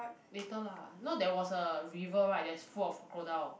later lah you know there was a river right that's full of crocodile